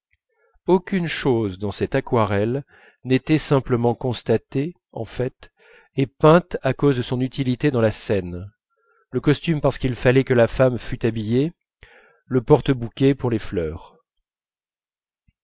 aucune chose dans cette aquarelle n'était simplement constatée en fait et peinte à cause de son utilité dans la scène le costume parce qu'il fallait que la femme fût habillée le porte bouquet pour les fleurs